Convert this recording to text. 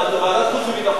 לוועדת החוץ והביטחון,